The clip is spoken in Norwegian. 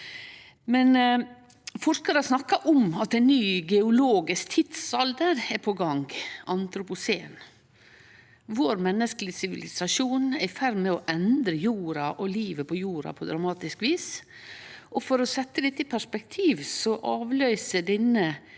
Forskarar snakkar om at ein ny geologisk tidsalder er på gang, antropocen. Vår menneskelege sivilisasjon er i ferd med å endre jorda og livet på jorda på dramatisk vis, og for å setje dette i perspektiv: Denne